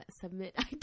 submit